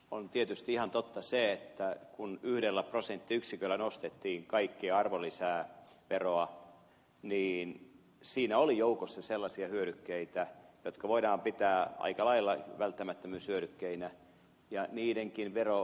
on tietysti ihan totta se että kun yhdellä prosenttiyksiköllä nostettiin kaikkea arvonlisäveroa niin siinä oli joukossa sellaisia hyödykkeitä joita voidaan pitää aika lailla välttämättömyyshyödykkeinä ja niidenkin vero ed